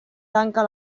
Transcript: tanca